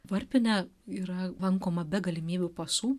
varpinė yra lankoma be galimybių pasų